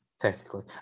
technically